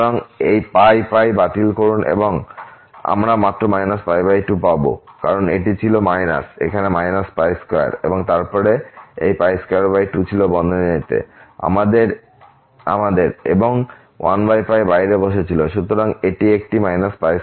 সুতরাং এই π π বাতিল করুন এবং আমরা মাত্র 2 পাবো কারণ এটি ছিল এখানে 2 এবং তারপরে এই 22 ছিল বন্ধনীতে আমাদের এবং 1 বাইরে বসে ছিল